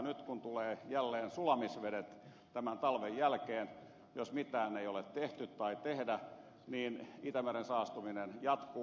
nyt kun tulevat jälleen sulamisvedet tämän talven jälkeen niin jos mitään ei ole tehty tai tehdä itämeren saastuminen jatkuu